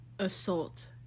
assault